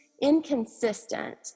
inconsistent